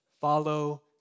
follow